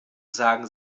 sagen